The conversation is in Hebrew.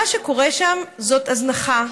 זאת הזנחה.